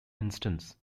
instance